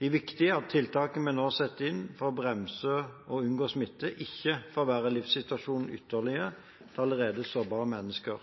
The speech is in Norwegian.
Det er viktig at tiltakene vi nå setter inn for å bremse og unngå smitte, ikke forverrer livssituasjonen ytterligere til allerede sårbare mennesker.